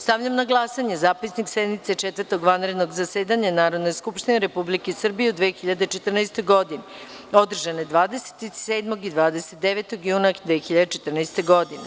Stavljam na glasanje zapisnik sednice Četvrtog vanrednog zasedanja Narodne skupštine Republike Srbije u 2014. godini, održane 27. i 29. juna 2014. godine.